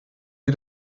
sie